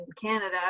Canada